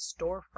storefront